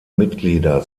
mitglieder